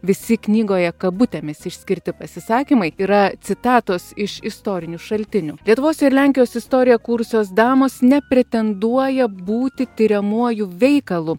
visi knygoje kabutėmis išskirti pasisakymai yra citatos iš istorinių šaltinių lietuvos ir lenkijos istoriją kūrusios damos nepretenduoja būti tiriamuoju veikalu